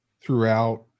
throughout